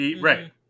Right